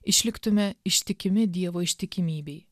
išliktume ištikimi dievo ištikimybei